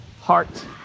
heart